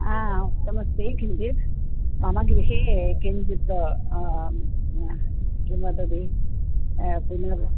हा उक्तमस्ति किञ्चित् मम गृहे किञ्चित् किं वदति पुनः